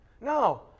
No